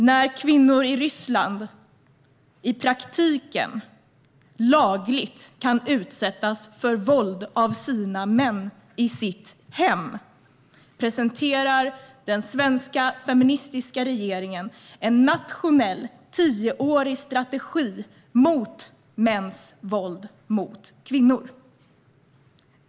När kvinnor i Ryssland i praktiken lagligt kan utsättas för våld av sina män i sitt hem presenterar den svenska feministiska regeringen en nationell tioårig strategi mot mäns våld mot kvinnor.